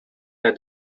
that